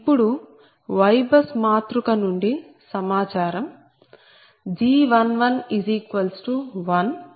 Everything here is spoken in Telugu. ఇప్పుడుYBUS మాతృక నుండి సమాచారంG111